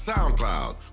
SoundCloud